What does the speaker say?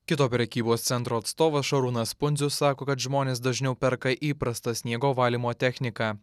kito prekybos centro atstovas šarūnas pundzius sako kad žmonės dažniau perka įprastą sniego valymo techniką